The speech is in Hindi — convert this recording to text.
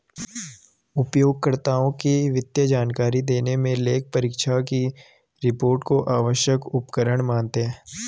उपयोगकर्ताओं को वित्तीय जानकारी देने मे लेखापरीक्षक की रिपोर्ट को आवश्यक उपकरण मानते हैं